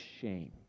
shame